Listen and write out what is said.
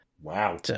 Wow